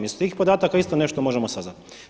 Iz tih podataka isto nešto možemo saznati.